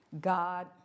God